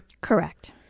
Correct